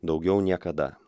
daugiau niekada